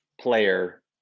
player